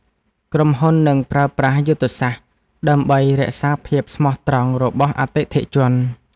ក្រុមហ៊ុននឹងប្រើប្រាស់យុទ្ធសាស្ត្រ ដើម្បីរក្សាភាពស្មោះត្រង់របស់អតិថិជន។